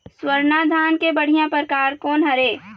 स्वर्णा धान के बढ़िया परकार कोन हर ये?